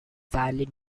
fairly